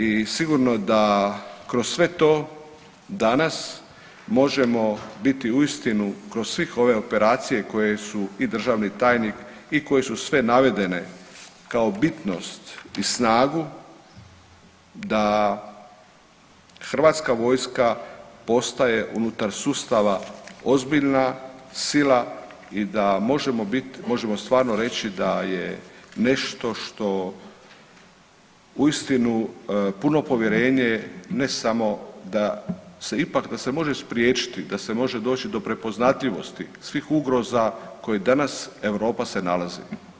I sigurno da kroz sve to danas možemo biti uistinu kroz svih ove operacije koje su i državni tajnik i koji su sve navedene kao bitnost i snagu da hrvatska vojska postaje unutar sustava ozbiljna sila i da možemo bit, možemo stvarno reći da je nešto što uistinu puno povjerenje ne samo da se ipak, da se može spriječiti, da se može doći do prepoznatljivosti svih ugroza koje danas Europa se nalazi.